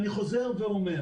אני חוזר ואומר